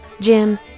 Jim